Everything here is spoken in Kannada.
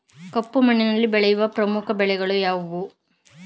ಕಪ್ಪು ಮಣ್ಣಿನಲ್ಲಿ ಬೆಳೆಯುವ ಪ್ರಮುಖ ಬೆಳೆಗಳು ಯಾವುವು?